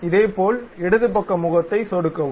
இதேபோல் இடது பக்க முகத்தை சொடுக்கவும்